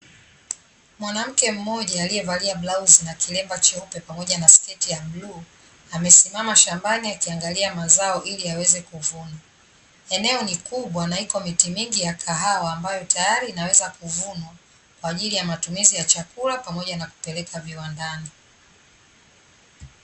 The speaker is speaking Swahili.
Mwanamke mmoja aliyevalia blauzi na kilemba cheupe pamoja na sketi ya bluu, amesimama shambani akiangalia mazao ili yaweze kuvuna. Eneo ni kubwa na iko miti mingi ya kawaha ambayo tayari inaweza kuvunwa, kwa ajili ya matumizi ya chakula pamoja na kupeleka viwandani.